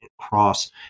cross